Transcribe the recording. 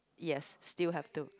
yes still have to